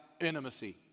intimacy